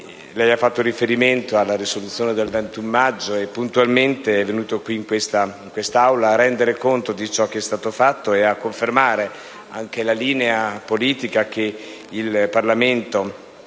Lei ha fatto riferimento alla risoluzione del 21 maggio e puntualmente è venuto qui, in quest'Aula, a rendere conto di ciò che è stato fatto e a confermare anche la linea politica che il Parlamento le